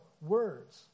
words